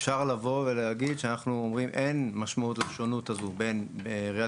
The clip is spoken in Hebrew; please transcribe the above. אפשר להגיד שאנחנו אומרים שאין משמעות לשונות הזו בין עיריית